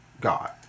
God